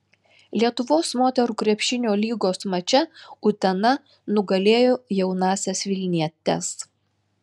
lietuvos moterų krepšinio lygos mače utena nugalėjo jaunąsias vilnietes